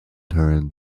turn